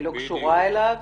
היא לא קשורה אליו.